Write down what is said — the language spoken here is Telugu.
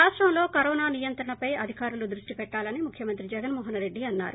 రాష్టంలో కరోన నియంత్రణపై అధికారులు దృష్లి పెట్లాలని ముఖ్యమంత్రి జగన్మోహన్ రెడ్డి అన్నారు